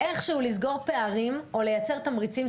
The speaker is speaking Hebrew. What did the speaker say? איכשהו לסגור פערים או לייצר תמריצים.